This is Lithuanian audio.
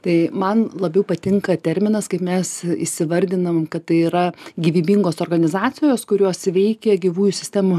tai man labiau patinka terminas kaip mes įsivardinam kad tai yra gyvybingos organizacijos kurios veikia gyvųjų sistemų